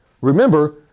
Remember